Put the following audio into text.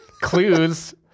clues